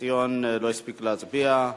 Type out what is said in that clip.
ציון לא הספיק להצביע.